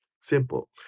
Simple